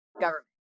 government